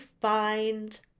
find